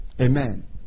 Amen